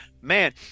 man